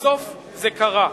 ובסוף זה קרה.